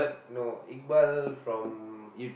no Iqbal from